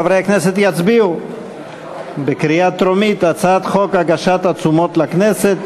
חברי הכנסת יצביעו בקריאה טרומית על הצעת חוק הגשת עצומות לכנסת,